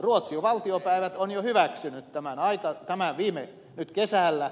ruotsin valtiopäivät on jo hyväksynyt tämän nyt kesällä